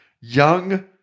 Young